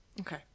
okay